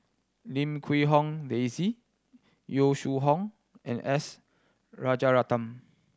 Lim Quee Hong Daisy Yong Shu Hoong and S Rajaratnam